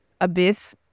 abyss